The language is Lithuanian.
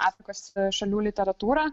afrikos šalių literatūrą